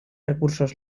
recursos